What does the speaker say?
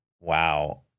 wow